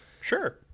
sure